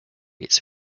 its